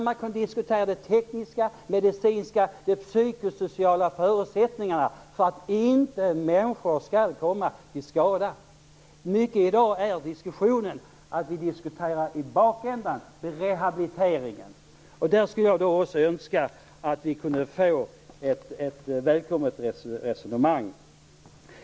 Man kan diskutera de tekniska, medicinska och psykosociala förutsättningarna för att människor inte skall komma till skada. I dag handlar det mycket om att vi diskuterar bakvänt när det gäller rehabilitering. Jag skulle önska att vi kunde få ett välkommet resonemang.